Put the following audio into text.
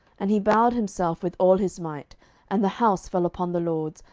and he bowed himself with all his might and the house fell upon the lords,